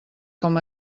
com